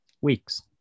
weeks